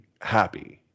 happy